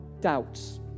doubts